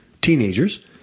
teenagers